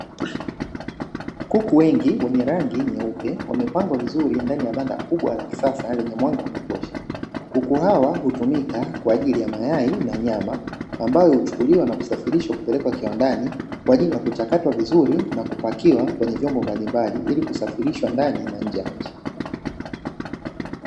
Kuku wengi wenye rangi nyeupe, wamepangwa vizuri ndani ya banda kubwa la kisasa lenye mwanga wa kutosha, kuku hawa hutumika kwa ajili ya mayai na nyama, ambayo huchukuliwa na kusafirishwa na kupelekwa kiwandani, kwa ajili ya kuchakatwa vizuri na kupakiwa kwenye vyombo mbalimbali, na kusafirishwa ndani na nje ya nchi.